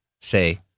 say